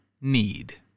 need